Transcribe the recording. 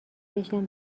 گشتم